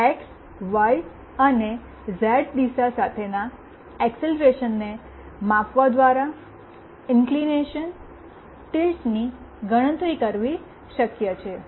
x Y અને Z દિશા સાથેના એકસેલરેશનને માપવા દ્વારા ઇન્ક્લીનેશનટિલ્ટની ગણતરી કરવી શક્ય છે